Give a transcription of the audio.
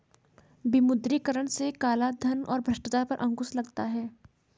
विमुद्रीकरण से कालाधन और भ्रष्टाचार पर अंकुश लगता हैं